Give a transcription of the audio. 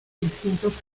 distintos